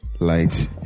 Light